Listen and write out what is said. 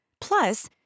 Plus